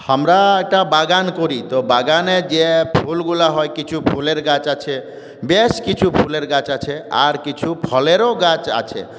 আমরা একটা বাগান করি তো বাগানে যে ফুলগুলো হয় কিছু ফুলের গাছ আছে বেশ কিছু ফুলের গাছ আছে আর কিছু ফলেরও গাছ আছে